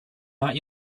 not